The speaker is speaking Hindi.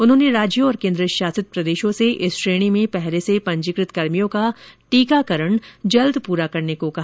उन्होंने राज्यों और केंद्र शासित प्रदेशों से इस श्रेणी में पहले से पंजीकृत कर्मियों का टीकाकरण शीघ्र पूरा करने को कहा